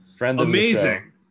amazing